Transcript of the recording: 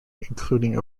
including